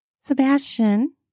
Sebastian